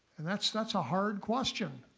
and that's that's a hard question.